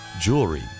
jewelry